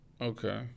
Okay